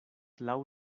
laŭ